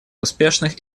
успешных